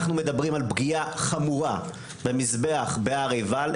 אנחנו מדברים על פגיעה חמורה במזבח בהר עיבל,